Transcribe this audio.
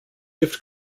gift